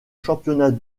championnat